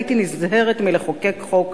הייתי נזהרת מלחוקק חוק.